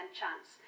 chance